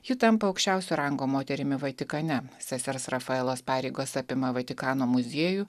ji tampa aukščiausio rango moterimi vatikane sesers rafaelos pareigos apima vatikano muziejų